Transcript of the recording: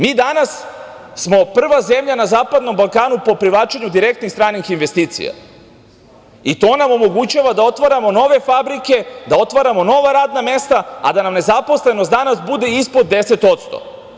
Mi smo danas prva zemlja na Zapadnom Balkanu po privlačenju direktnih stranih investicija i to nam omogućava da otvaramo nove fabrike, da otvaramo nova radna mesta, a da nam nezaposlenost danas bude ispod 10%